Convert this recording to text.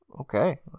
Okay